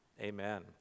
Amen